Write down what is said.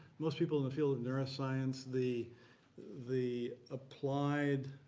most people in the field of neuroscience, the the applied